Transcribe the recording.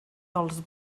als